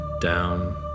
down